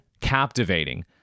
captivating